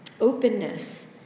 openness